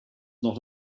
not